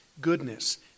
goodness